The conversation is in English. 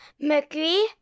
Mercury